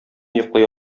йоклый